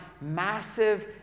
massive